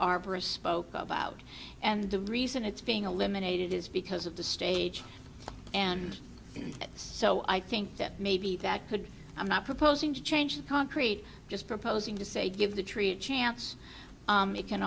arborist spoke about and the reason it's being a limb unaided is because of the stage and so i think that maybe that could i'm not proposing to change the concrete just proposing to say give the tree a chance it can